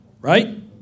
Right